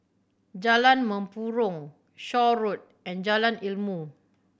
Jalan Mempurong Shaw Road and Jalan Ilmu